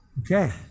Okay